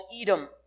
Edom